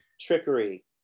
trickery